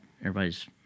everybody's